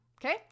Okay